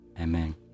Amen